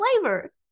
flavor